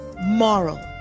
moral